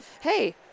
hey